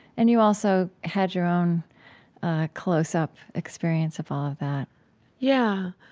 and you also had your own close-up experience of all of that yeah,